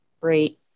Great